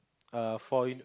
err foil